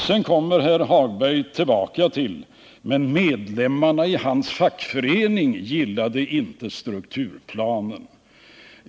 Sedan kommer herr Hagberg tillbaka till att medlemmarna i hans fackförening inte gillade strukturplanen.